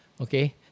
Okay